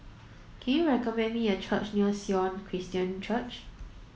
can you recommend me a restaurant near Sion Christian Church